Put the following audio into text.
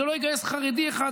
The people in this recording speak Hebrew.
זה לא יגייס חרדי אחד,